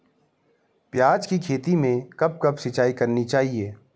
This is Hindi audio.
प्याज़ की खेती में कब कब सिंचाई करनी चाहिये?